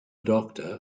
doctor